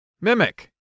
Mimic